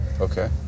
okay